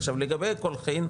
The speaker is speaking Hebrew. עכשיו לגבי קולחין,